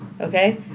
Okay